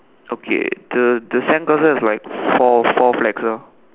okay the the sandcastle is like four four flags ah